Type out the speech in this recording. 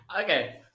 okay